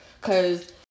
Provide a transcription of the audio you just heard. Cause